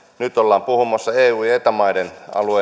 nyt ollaan puhumassa eu ja eta maiden